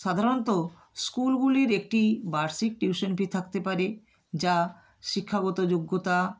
সাধারণত স্কুলগুলির একটি বার্ষিক টিউশন ফি থাকতে পারে যা শিক্ষাগত যোগ্যতা